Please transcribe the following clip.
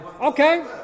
Okay